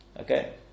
Okay